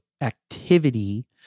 activity